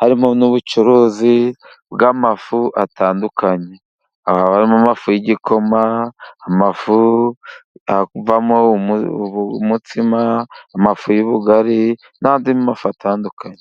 harimo n'ubucuruzi bw'amafu atandukanye. Haba Harimo ifu y'igikoma, ifu ivamo umutsima, ifu y'ubugari, n'indi fu itandukanye.